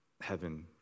heaven